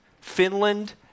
Finland